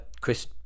Chris